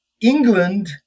England